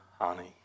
honey